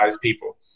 people